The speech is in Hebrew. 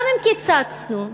גם אם קיצצנו מהעשירים,